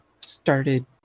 started